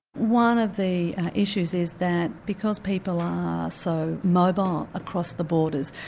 one of the issues is that because people are so mobile across the borders,